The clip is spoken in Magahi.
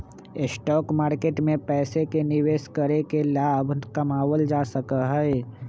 स्टॉक मार्केट में पैसे के निवेश करके लाभ कमावल जा सका हई